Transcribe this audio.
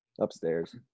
upstairs